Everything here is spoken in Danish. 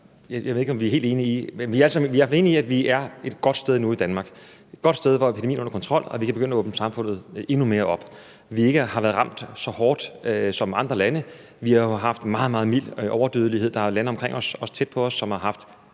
fald enige i, at vi er et godt sted nu i Danmark, hvor epidemien er under kontrol og vi kan begynde at åbne samfundet endnu mere op, og hvor vi ikke har været ramt så hårdt som andre lande. Vi har jo haft en meget, meget mild overdødelighed. Der er lande omkring os, også tæt på os, som har haft